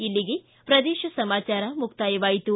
ಇಲ್ಲಿಗೆ ಪ್ರದೇಶ ಸಮಾಚಾರ ಮುಕ್ತಾಯವಾಯಿತು